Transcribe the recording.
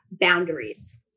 boundaries